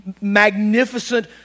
magnificent